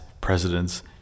presidents